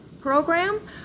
program